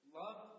love